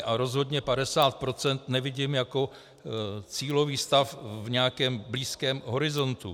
A rozhodně 50 % nevidím jako cílový stav v nějakém blízkém horizontu.